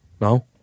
No